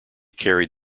carried